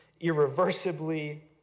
irreversibly